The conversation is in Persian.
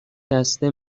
دسته